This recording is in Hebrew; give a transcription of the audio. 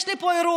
יש לי פה אירוע.